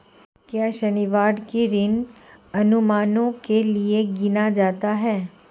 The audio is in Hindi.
क्या शनिवार को ऋण अनुमानों के लिए गिना जाता है?